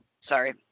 Sorry